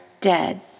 dead